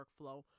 workflow